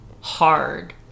hard